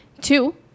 Two